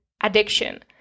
addiction